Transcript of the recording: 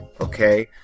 okay